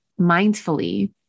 mindfully